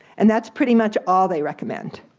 and that's pretty much all they recommend,